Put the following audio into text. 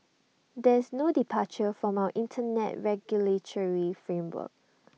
there is no departure from our Internet regulatory framework